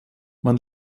man